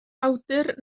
awdur